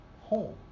home